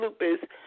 lupus